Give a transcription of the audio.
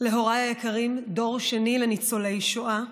להוריי היקרים, דור שני לניצולי שואה,